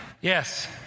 Yes